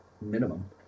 Minimum